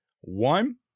one